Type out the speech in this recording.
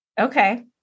Okay